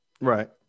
Right